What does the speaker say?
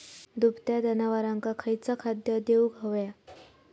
दुभत्या जनावरांका खयचा खाद्य देऊक व्हया?